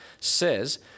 says